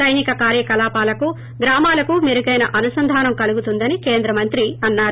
సైనిక కార్యకలాపాలకు గ్రామాలకు మెరుగైన అనుసంధానం కలుగుతుందని కేంద్రమంత్రి అన్నారు